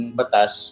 batas